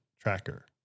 tracker